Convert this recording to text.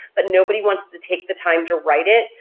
but nobody wants to take the time to write it,